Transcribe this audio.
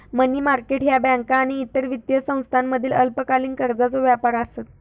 मनी market ह्या बँका आणि इतर वित्तीय संस्थांमधील अल्पकालीन कर्जाचो व्यापार आसत